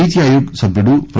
నీతిఆయోగ్ సభ్యుడు ప్రో